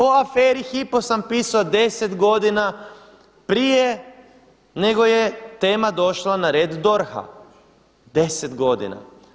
O aferi Hypo sam pisao 10 godina prije nego je tema došla na red DORH-a, deset godina.